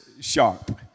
sharp